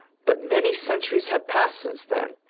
but many centuries have passed since then,